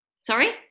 Sorry